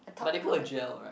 but they put a gel right